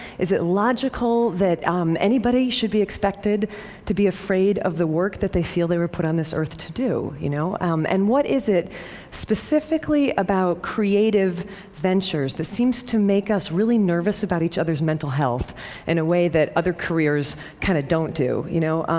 is it logical that um anybody should be expected to be afraid of the work that they feel they were put on this earth to do. you know um and what is it specifically about creative ventures that seems to make us really nervous about each other's mental health in a way that other careers kind of don't do, you know?